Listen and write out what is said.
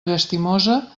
llastimosa